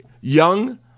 young